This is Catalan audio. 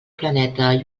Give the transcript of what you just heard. planeta